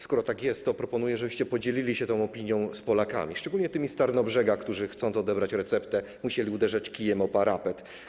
Skoro tak jest, to proponuję, żebyście podzielili się tą opinią z Polakami, szczególnie tymi z Tarnobrzega, którzy chcąc odebrać receptę, musieli uderzać kijem o parapet.